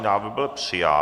Návrh byl přijat.